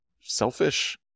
selfish